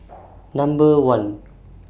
Number one